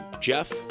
Jeff